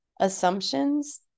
assumptions